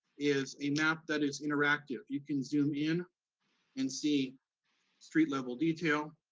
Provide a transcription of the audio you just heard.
is a map that is interactive. you can zoom in and see street-level detail.